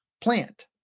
plant